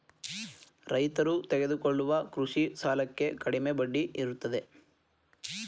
ರೈತರು ತೆಗೆದುಕೊಳ್ಳುವ ಕೃಷಿ ಸಾಲಕ್ಕೆ ಕಡಿಮೆ ಬಡ್ಡಿ ಇರುತ್ತೆ